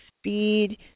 speed